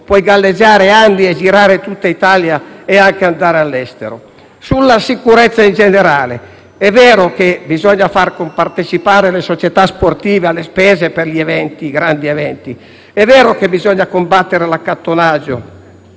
puoi galleggiare anni e girare tutta Italia e andare anche all'estero. Sulla sicurezza in generale è vero che bisogna far partecipare le società sportive alle spese per i grandi eventi. È vero che bisogna combattere l'accattonaggio.